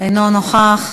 אינו נוכח.